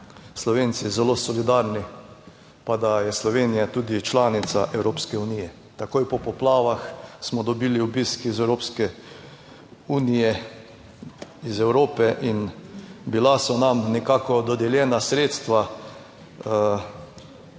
Slovenci zelo solidarni, pa da je Slovenija tudi članica Evropske unije, takoj po poplavah smo dobili obisk iz Evropske unije, iz Evrope in bila so nam nekako dodeljena sredstva